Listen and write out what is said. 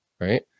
right